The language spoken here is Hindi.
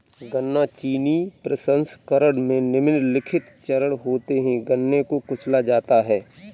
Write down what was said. गन्ना चीनी प्रसंस्करण में निम्नलिखित चरण होते है गन्ने को कुचला जाता है